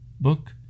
book